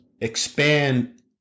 expand